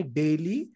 daily